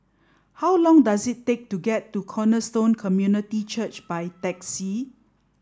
how long does it take to get to Cornerstone Community Church by taxi